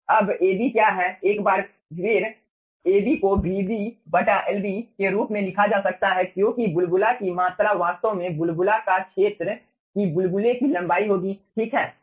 अब Ab क्या है एब एक बार फिर Ab को Vb Lb के रूप में लिखा जा सकता है क्योंकि बुलबुला की मात्रा वास्तव में बुलबुला का क्षेत्र और बुलबुले की लंबाई होगी ठीक है